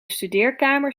studeerkamer